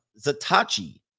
Zatachi